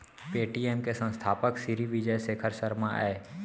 Paytm के संस्थापक सिरी विजय शेखर शर्मा अय